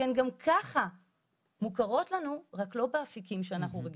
שהן גם ככה מוכרות לו רק לא באפיקים שאנחנו מכירים.